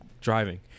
driving